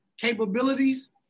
capabilities